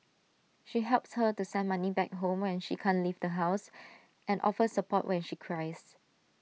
she helps her to send money back home when she can't leave the house and offers support when she cries